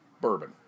bourbon